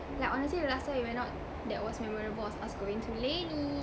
like honestly the last time we went out that was memorable was us going to LANY